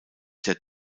der